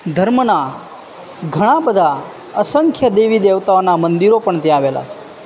ધર્મના ઘણા બધા અસંખ્ય દેવી દેવતાઓનાં મંદિરો પણ ત્યાં આવેલાં છે